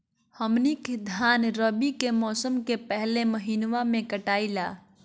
हमनी के धान रवि के मौसम के पहले महिनवा में कटाई ला